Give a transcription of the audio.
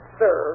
sir